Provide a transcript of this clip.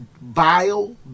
vile